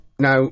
Now